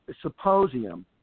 symposium